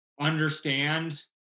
understand